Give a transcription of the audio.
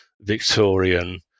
Victorian